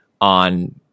on